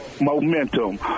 momentum